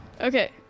okay